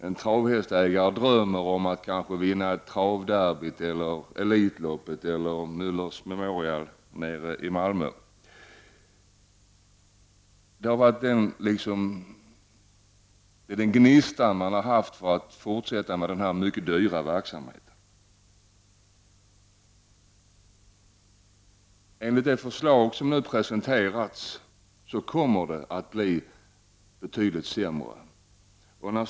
En travhästägare drömmer kanske om att vinna ett travderby, Elitloppet eller Möllers Memorial nere i Malmö. Det har varit den gnista av hopp som har sporrat till att fortsätta med den här mycket dyrbara verksamheten. Enligt det förslag som nu presenterats kommer det att bli betydligt sämre förhållanden.